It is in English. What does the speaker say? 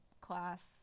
class